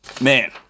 man